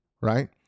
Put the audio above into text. right